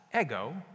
ego